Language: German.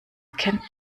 kennt